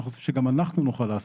אנחנו רוצים שגם אנחנו נוכל לעשות.